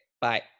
Bye